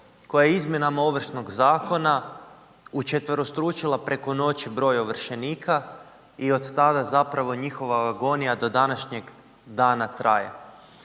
koja je izmjenama Ovršnog zakona učetverostručila preko noći broj ovršenika i od tada zapravo njihova agonija do današnjeg dana traje.